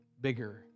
bigger